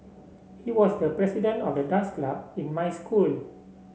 he was the president of the dance club in my school